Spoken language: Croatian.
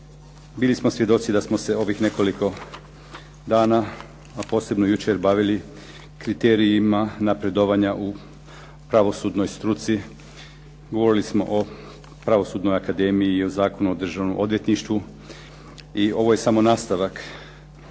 bili smo svjedoci da smo se ovih nekoliko dana, a posebno jučer bavili kriterijima napredovanja u pravosudnoj struci. Govorili smo o Pravosudnoj akademiji i o Zakonu o Državnom odvjetništvu, i ovo je samo nastavak